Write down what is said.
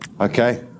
Okay